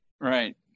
Right